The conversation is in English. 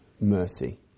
mercy